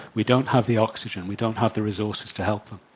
we don't have the oxygen we don't have the resources to help them.